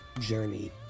journey